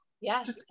yes